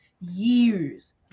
years